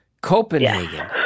Copenhagen